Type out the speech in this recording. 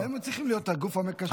אבל הם צריכים להיות הגוף המקשר,